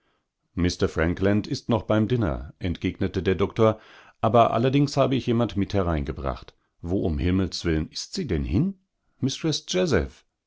mr frankland ist noch beim diner entgegnete der doktor aber allerdings habe ich jemand mit hereingebracht wo um himmels willen ist sie denn hin